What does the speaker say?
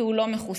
כי הוא לא מחוסן,